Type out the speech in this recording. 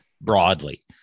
broadly